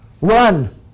Run